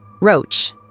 Roach